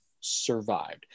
survived